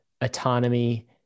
autonomy